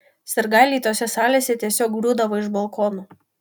sirgaliai tose salėse tiesiog griūdavo iš balkonų